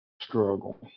struggle